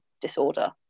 disorder